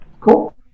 Cool